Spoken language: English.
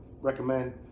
recommend